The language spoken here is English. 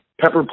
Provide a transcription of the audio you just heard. Pepper